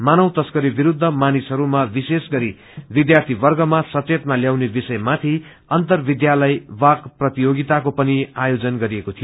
मानव तस्करी विरूद्ध मानिसहरूमा विशेष गरी विद्यार्थीवर्गमा सचेतना ल्याउने विषयमाथि अन्तर विद्यालय वाक प्रतियोगिताको पनि आयोजन गरिएको थियो